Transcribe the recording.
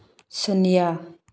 ꯁꯨꯅ꯭ꯌꯥ